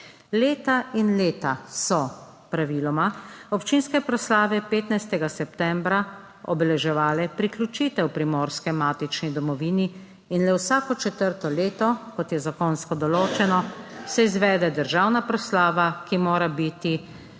Leta in leta so, praviloma, občinske proslave 15. septembra obeleževale priključitev Primorske k matični domovini in le vsako četrto leto, kot je zakonsko določeno, se izvede državna proslava, ki mora biti